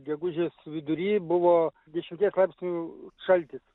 gegužės vidury buvo dešimties laipsnių šaltis